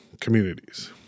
communities